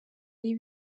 ari